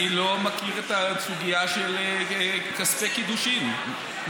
אני לא מכיר את הסוגיה של כספי קידושין,